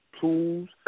Tools